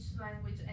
language